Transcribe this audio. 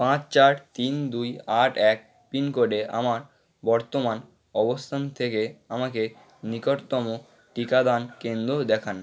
পাঁচ চার তিন দুই আট এক পিনকোডে আমার বর্তমান অবস্থান থেকে আমাকে নিকটতম টিকাদান কেন্দ্রতে দেখান